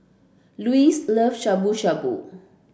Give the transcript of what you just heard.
Luis love Shabu shabu